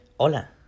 Hola